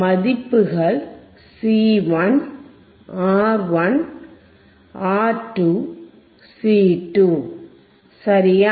மதிப்புகள் C 1 R 1 R 2 C 2 சரியா